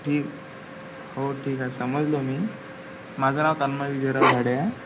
ठीक हो ठीक आहे समजलो मी माझं नाव तन्मय विजयराव झाडे आहे